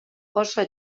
oso